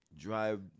drive